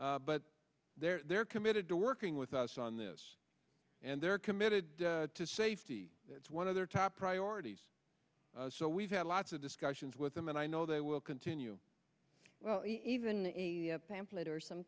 but they're committed to working with us on this and they're committed to safety that's one of their top priorities so we've had lots of discussions with them and i know they will continue well even a pamphlet or some